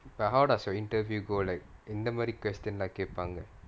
but how does your interview go like எந்த மாரி:entha maari question எல்லாம் கேப்பாங்க:ellaam kaeppaanga